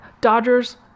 Dodgers